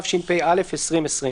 התשפ"א-2020.